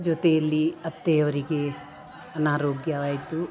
ಜೊತೆಯಲ್ಲಿ ಅತ್ತೆಯವರಿಗೆ ಅನಾರೋಗ್ಯವಾಯಿತು